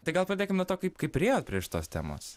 tai gal pradėkim nuo to kaip kai priėjot prie šitos temos